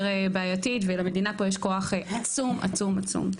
בעייתית ולמדינה פה יש כוח עצום עצום עצום.